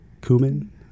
cumin